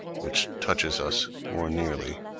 which touches us more nearly,